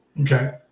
Okay